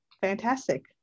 fantastic